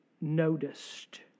noticed